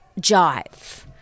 jive